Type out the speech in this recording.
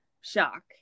shock